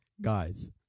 guys